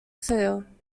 fir